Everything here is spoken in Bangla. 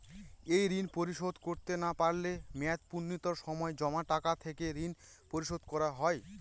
এই ঋণ পরিশোধ করতে না পারলে মেয়াদপূর্তির সময় জমা টাকা থেকে ঋণ পরিশোধ করা হয়?